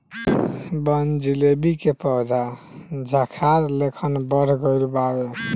बनजीलेबी के पौधा झाखार लेखन बढ़ गइल बावे